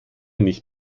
nicht